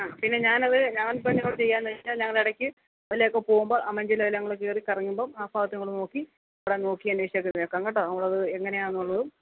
ആ പിന്നെ ഞാനത് ഞാൻ ഇപ്പം എങ്ങനാണ് ചെയ്യാന്ന് വെച്ചാൽ ഞങ്ങൾ ഇടക്ക് വല്ലോക്കെ പോകുമ്പം മഞ്ചേരീടതിലേ ഞങ്ങൾ കയറി കറങ്ങുമ്പം ആ ഭാഗത്ത് ഞങ്ങൾ നോക്കി എല്ലാം നോക്കി അന്വേഷിച്ചൊക്കെ വെക്കാം കേട്ടോ നമ്മളത് എങ്ങനെയാന്നുള്ളതും